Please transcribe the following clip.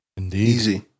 Easy